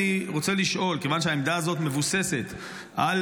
אני רוצה לשאול: כיוון שהעמדה הזאת מבוססת על